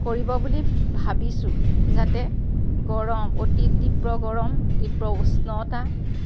কৰিব বুলি ভাবিছোঁ যাতে গৰম অতি তীব্ৰ গৰম তীব্ৰ উষ্ণতা